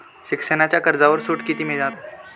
शिक्षणाच्या कर्जावर सूट किती मिळात?